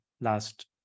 last